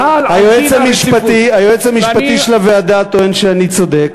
היועץ המשפטי של הוועדה טוען שאני צודק.